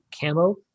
camo